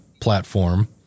platform